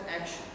action